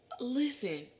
listen